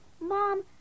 Mom